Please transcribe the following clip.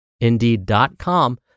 Indeed.com